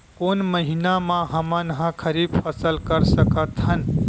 कोन महिना म हमन ह खरीफ फसल कर सकत हन?